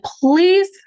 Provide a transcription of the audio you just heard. please